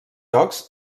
jocs